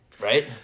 right